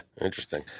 interesting